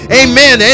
amen